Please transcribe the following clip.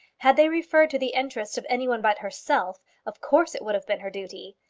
had they referred to the interest of any one but herself, of course it would have been her duty.